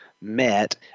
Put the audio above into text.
met